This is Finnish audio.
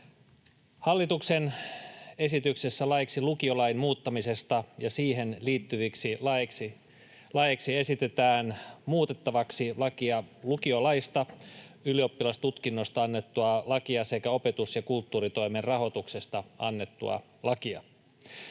Hallituksen esityksessä laiksi lukiolain muuttamisesta ja siihen liittyviksi laeiksi esitetään muutettavaksi lakia lukiolaista, ylioppilastutkinnosta annettua lakia sekä opetus‑ ja kulttuuritoimen rahoituksesta annettua lakia.